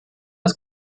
als